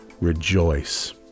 rejoice